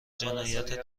جنایت